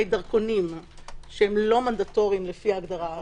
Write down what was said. דרכונים שאינם מנדטוריים לפי ההגדרה-